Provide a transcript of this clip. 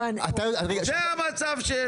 זה המצב שיש פה.